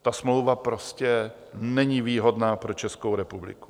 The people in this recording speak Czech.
Ta smlouva prostě není výhodná pro Českou republiku.